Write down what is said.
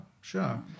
sure